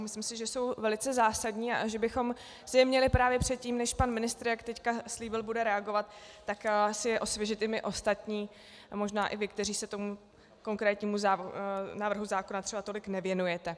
Myslím si, že jsou velice zásadní a že bychom si je měli právě předtím, než pan ministr, jak teď slíbil, bude reagovat, osvěžit i my ostatní a možná i vy, kteří se tomu konkrétnímu návrhu zákona třeba tolik nevěnujete.